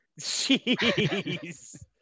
Jeez